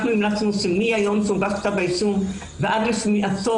אנחנו המלצנו שמיום שהוגש כתב אישום ועד לשמיעתו